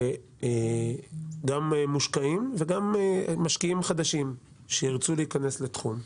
שגם מושקעים וגם משקיעים חדשים שירצו להיכנס לתחום.